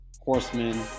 horsemen